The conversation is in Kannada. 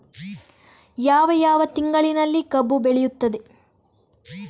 ಯಾವ ಯಾವ ತಿಂಗಳಿನಲ್ಲಿ ಕಬ್ಬು ಬೆಳೆಯುತ್ತದೆ?